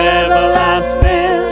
everlasting